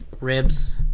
ribs